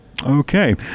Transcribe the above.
Okay